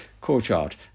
courtyard